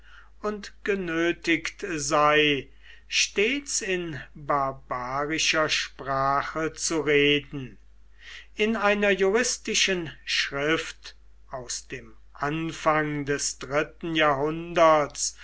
und genötigt sei stets in barbarischer sprache zu reden in einer juristischen schrift aus dem anfang des dritten jahrhunderts